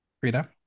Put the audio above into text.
Frida